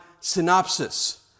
synopsis